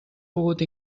pogut